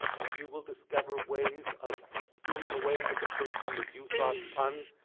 and you will discover ways of doing away with a person that you thought un.